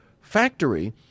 factory